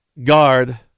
Guard